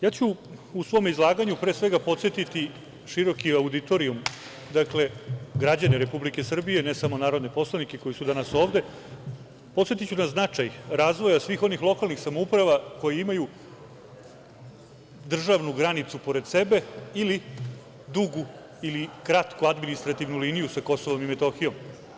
Ja ću u svom izlaganju pre svega podsetiti široki auditorijum, dakle, građane Republike Srbije, ne samo poslanike koji su danas ovde, podsetiću na značaj razvoja svih onih lokalnih samouprava koje imaju državnu granicu pored sebe ili dugu ili kratku administrativnu liniju sa Kosovom i Metohijom.